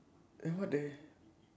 eh what the